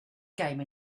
game